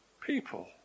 people